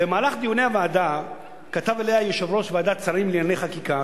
במהלך דיוני הוועדה כתב אליה יושב-ראש ועדת השרים לענייני חקיקה,